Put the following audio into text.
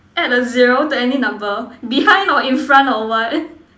add a zero to any number behind or in front or what